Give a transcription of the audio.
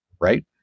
right